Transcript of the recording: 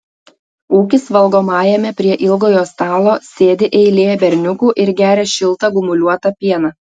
ūkis valgomajame prie ilgojo stalo sėdi eilė berniukų ir geria šiltą gumuliuotą pieną